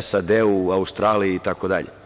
SAD, Australiji, itd.